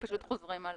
פשוט חוזרים עליו.